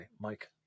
Mike